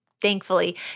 Thankfully